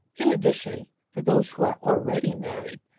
in addition, for those who are already married,